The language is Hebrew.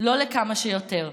ולא לכמה שיותר,